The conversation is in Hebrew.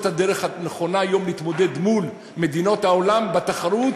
הדרך הנכונה היום להתמודד מול מדינות העולם בתחרות